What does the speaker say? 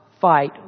fight